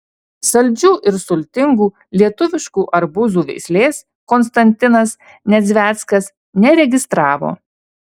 saldžių ir sultingų lietuviškų arbūzų veislės konstantinas nedzveckas neregistravo